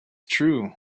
true